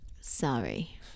sorry